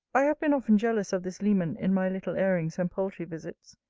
i have been often jealous of this leman in my little airings and poultry-visits.